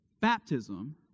baptism